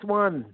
one